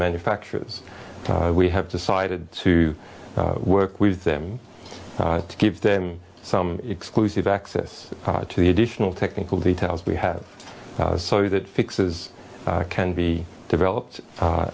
manufacturers we have decided to work with them to give them some exclusive access to the additional technical details we have so that fixes can be developed